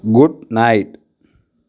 good night